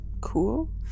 Cool